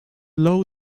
low